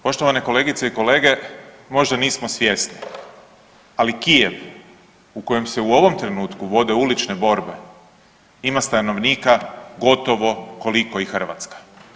Poštovane kolegice i kolege, možda nismo svjesni, ali Kijev u kojem se u ovom trenutku vode ulične borbe ima stanovnika gotovo koliko i Hrvatska.